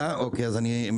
אם זה עלה, אני אקצר.